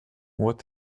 what